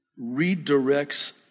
redirects